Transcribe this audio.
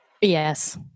Yes